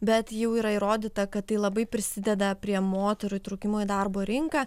bet jau yra įrodyta kad tai labai prisideda prie moterų įtraukimo į darbo rinką